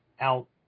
out